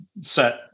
set